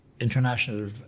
International